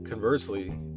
Conversely